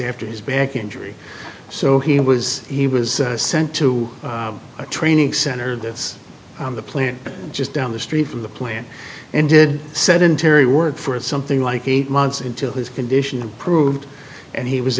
after his back injury so he was he was sent to a training center that's the plant just down the street from the plant and did sedentary work for something like eight months until his condition improved and he was